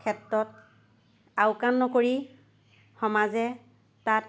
ক্ষেত্ৰত আওকান নকৰি সমাজে তাত